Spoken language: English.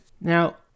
now